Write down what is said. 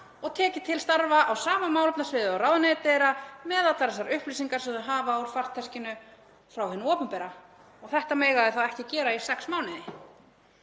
og tekið til starfa á sama málefnasviði og ráðuneyti þeirra með allar þessar upplýsingar sem þau hafa úr farteskinu frá hinu opinbera. Þetta mega þeir þá ekki gera í sex mánuði.